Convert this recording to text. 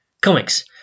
comics